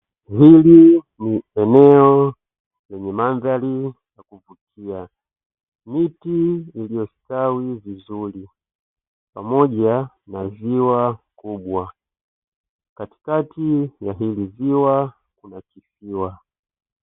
Hili no eneo lenye mandhari ya kuvutia, miti imestawi vizuri pamoja na ziwa kubwa, katikati ya hili ziwa kuna kisiwa.